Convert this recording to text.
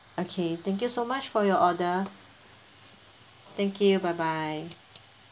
okay thank you so much for your order thank you bye bye